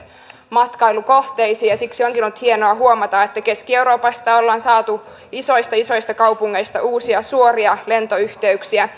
siksi onkin ollut hienoa huomata että keski euroopasta ollaan saatu isoista kaupungeista uusia suoria lentoyhteyksiä